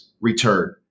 return